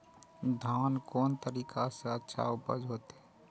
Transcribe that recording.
धान कोन तरीका से अच्छा उपज होते?